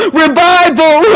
revival